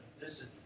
listen